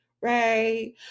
right